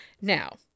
Now